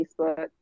Facebook